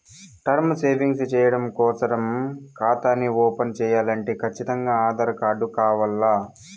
term savings చెయ్యడం కోసరం కాతాని ఓపన్ చేయాలంటే కచ్చితంగా ఆధార్ కార్డు కావాల్ల